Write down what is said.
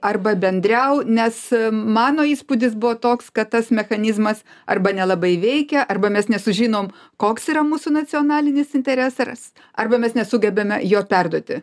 arba bendriau nes mano įspūdis buvo toks kad tas mechanizmas arba nelabai veikia arba mes nesužinom koks yra mūsų nacionalinis interesaras arba mes nesugebame jo perduoti